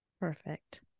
perfect